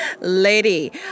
lady